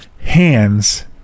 hands